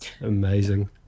Amazing